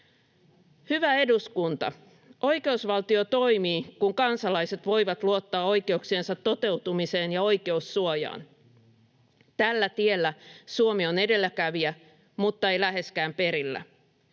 Hyvä eduskunta! Oikeusvaltio toimii, kun kansalaiset voivat luottaa oikeuksiensa toteutumiseen ja oikeussuojaan. Tällä tiellä Suomi on edelläkävijä, mutta ei läheskään perillä.